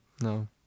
No